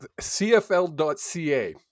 CFL.ca